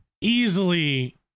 easily